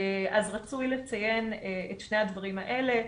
אז רצוי לציין את שני הדברים האלה.